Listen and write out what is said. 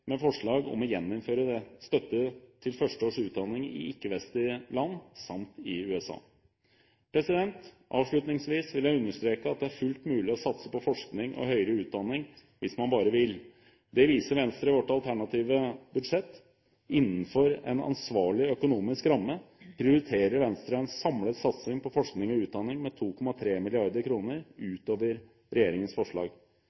med et forslag om å gjeninnføre støtte til førsteårs utdanning i ikke-vestlige land, samt i USA. Avslutningsvis vil jeg understreke at det er fullt mulig å satse på forskning og høyere utdanning hvis man bare vil. Det viser Venstre i vårt alternative budsjett. Innenfor en ansvarlig økonomisk ramme prioriterer Venstre en samlet satsing på forskning og utdanning med 2,3